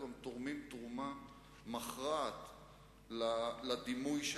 בבקשה, אדוני.